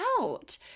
out